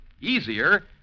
easier